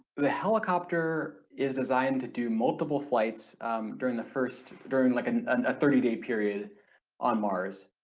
the helicopter is designed to do multiple flights during the first during like and a thirty day period on mars,